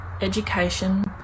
education